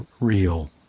real